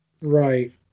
Right